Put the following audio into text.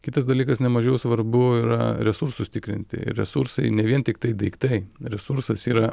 kitas dalykas nemažiau svarbu yra resursus tikrinti resursai ne vien tiktai daiktai resursas yra